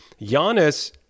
Giannis